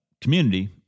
community